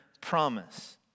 promise